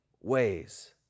ways